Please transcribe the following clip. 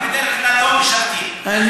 הערבים בדרך כלל לא משרתים,